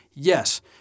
Yes